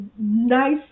nice